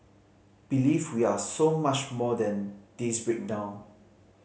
believe we are so much more than this breakdown